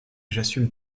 j’assume